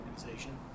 organization